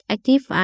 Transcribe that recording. Active